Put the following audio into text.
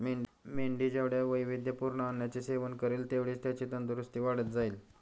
मेंढी जेवढ्या वैविध्यपूर्ण अन्नाचे सेवन करेल, तेवढीच त्याची तंदुरस्ती वाढत जाईल